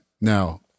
Now